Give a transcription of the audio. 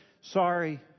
Sorry